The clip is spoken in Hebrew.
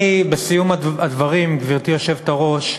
בסיום הדברים, גברתי היושבת-ראש,